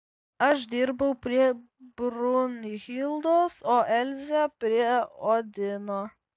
aš dirbau prie brunhildos o elzė prie odino